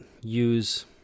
use